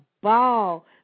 ball